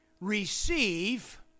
Receive